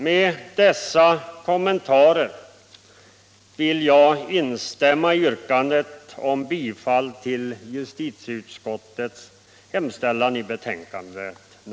Med dessa kommentarer yrkar jag bifall till utskottets hemställan.